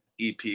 EP